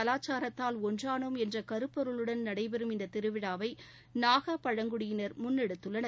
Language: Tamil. கலாச்சாரத்தால் ஒன்றானோம் என்ற கருப்பொருளுடன் நடைபெறும் இந்த திருவிழாவை நாகா பழங்குடியினர் முன்னெடுத்துள்ளனர்